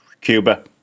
Cuba